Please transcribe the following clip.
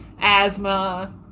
asthma